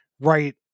right